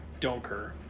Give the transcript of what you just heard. Donker